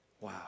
Wow